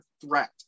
threat